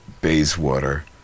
Bayswater